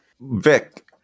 Vic